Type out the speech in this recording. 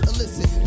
listen